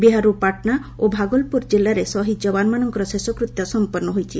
ବିହାରରୁ ପାଟନା ଓ ଭାଗଲପୁର ଜିଲ୍ଲାରେ ଶହୀଦ୍ ଯବାନମାନଙ୍କର ଶେଷକୃତ୍ୟ ସମ୍ପନ୍ନ ହୋଇଛି